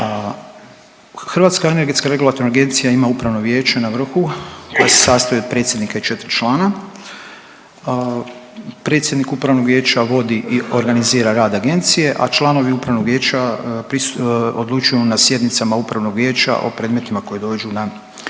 predsjednik g. Žamboki. HERA ima Upravno vijeće na vrhu koje se sastoji od predsjednika i 4 člana. Predsjednik Upravnog vijeća vodi i organizira rad Agencije, a članovi Upravnog vijeća odlučuju na sjednicama upravnog vijeća o predmetima koji dođu na